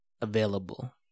available